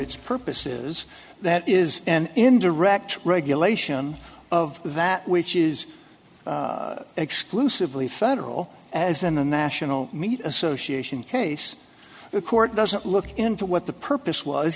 its purpose is that is an indirect regulation of that which is exclusively federal as in the national meat association case the court doesn't look into what the purpose was